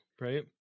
right